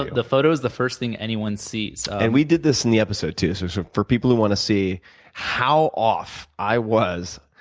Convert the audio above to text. the photo's the first thing anyone sees. and we did this in the episode, too, so so for people who want to see how off i was,